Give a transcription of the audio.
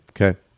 Okay